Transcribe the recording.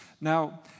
Now